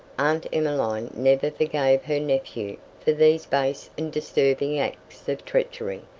aunt emmeline never forgave her nephew for these base and disturbing acts of treachery,